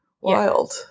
Wild